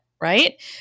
right